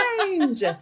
change